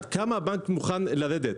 ועד כמה הבנק מוכן לרדת.